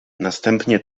następnie